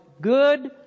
good